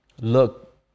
look